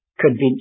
convinced